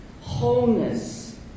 wholeness